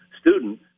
student